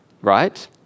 right